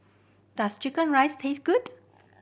does chicken rice taste good